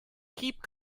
keep